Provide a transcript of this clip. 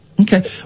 Okay